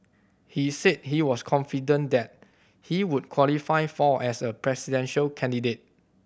he said he was confident that he would qualify for as a presidential candidate